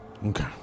Okay